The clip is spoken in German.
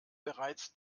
bereits